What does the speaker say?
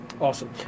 Awesome